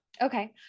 Okay